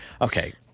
Okay